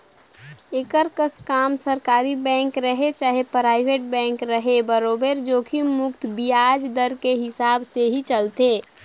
एकर कस काम सरकारी बेंक रहें चाहे परइबेट बेंक रहे बरोबर जोखिम मुक्त बियाज दर के हिसाब से ही चलथे